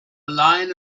line